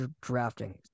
drafting